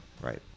Right